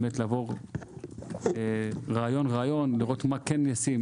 לעבור רעיון לראות מה כן ישים,